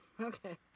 okay